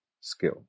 skill